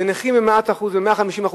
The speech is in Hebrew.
לנכים ב-100% ו-150%,